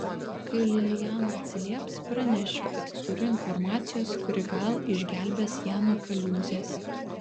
kai liliana atsilieps pranešiu kad turiu informacijos kuri gal išgelbės ją nuo kaliūzės